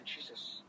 Jesus